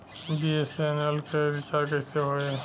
BSNL के recharge कैसे होयी?